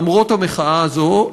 למרות המחאה הזאת,